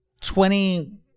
Twenty